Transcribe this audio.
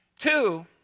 Two